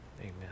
Amen